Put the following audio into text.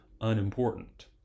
unimportant